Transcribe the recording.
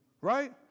right